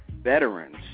veterans